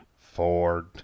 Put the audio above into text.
Ford